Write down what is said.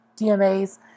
DMAs